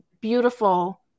beautiful